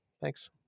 thanks